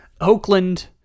Oakland